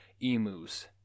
emus